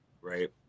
right